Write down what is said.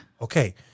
okay